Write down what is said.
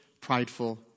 prideful